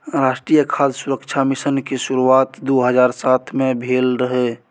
राष्ट्रीय खाद्य सुरक्षा मिशन के शुरुआत दू हजार सात मे भेल रहै